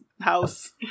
house